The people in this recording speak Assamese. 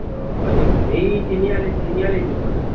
অঁ হয় নেকি এই তিনিআলি তিনিআলিটোত মানে